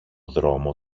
δρόμο